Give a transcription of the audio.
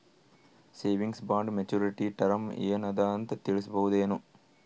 Savings bond maturity term ಏನ ಅದ ಅಂತ ತಿಳಸಬಹುದೇನು?